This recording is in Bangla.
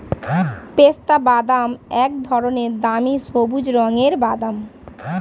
পেস্তাবাদাম এক ধরনের দামি সবুজ রঙের বাদাম